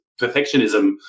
perfectionism